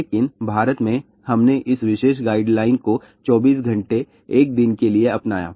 लेकिन भारत में हमने इस विशेष गाइडलाइन को 24 घंटे एक दिन के लिए अपनाया